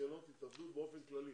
ניסיונות התאבדות באופן כללי,